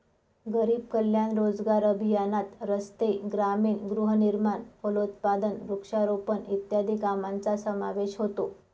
गरीब कल्याण रोजगार अभियानात रस्ते, ग्रामीण गृहनिर्माण, फलोत्पादन, वृक्षारोपण इत्यादी कामांचा समावेश होतो